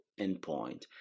endpoint